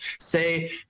Say